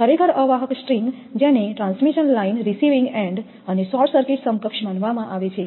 ખરેખર અવાહક સ્ટ્રિંગ જેને ટ્રાન્સમિશન લાઇન રીસીવિંગ એન્ડ અને શોર્ટ સર્કિટ સમકક્ષ માનવામાં આવે છે